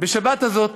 בשבת הזאת